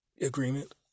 agreement